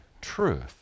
truth